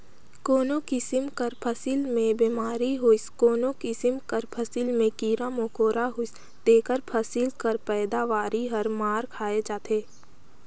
कोनो किसिम कर फसिल में बेमारी होइस कोनो किसिम कर फसिल में कीरा मकोरा होइस तेकर फसिल कर पएदावारी हर मार खाए जाथे